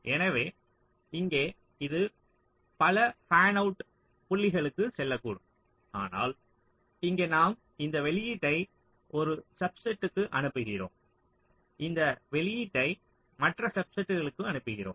எனவே இங்கே இது பல ஃபேன்அவுட் புள்ளிகளுக்குச் செல்லக்கூடும் ஆனால் இங்கே நாம் இந்த வெளியீட்டை ஒரு சப்செட்க்கு அனுப்புகிறோம் இந்த வெளியீட்டை மற்ற சப்செட்க்கு அனுப்புகிறோம்